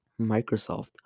microsoft